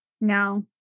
No